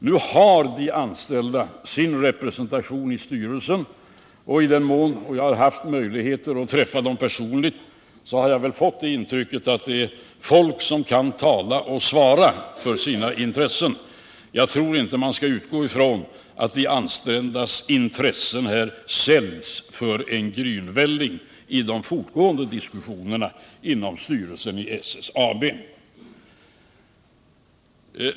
Nu har de anställda sin representation i styrelsen, och i den mån jag har haft möjlighet att träffa dem personligen har jag väl fått intrycket att det är folk som kan tala och svara för sina intressen. Jag tror inte man skall utgå från att de anställdas intressen här säljs för en grynvälling i de fortgående diskussionerna inom styrelsen i SSAB.